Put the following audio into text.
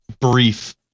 brief